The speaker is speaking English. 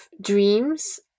dreams